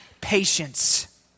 patience